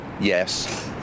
yes